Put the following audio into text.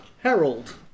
Harold